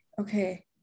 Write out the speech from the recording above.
okay